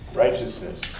Righteousness